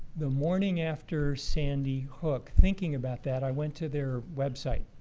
the morning after sandy hook, thinking about that, i went to their website.